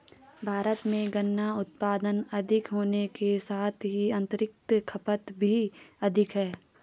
भारत में गन्ना उत्पादन अधिक होने के साथ ही आतंरिक खपत भी अधिक है